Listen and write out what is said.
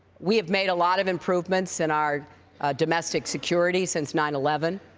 we have made a lot of improvements in our domestic security since nine eleven,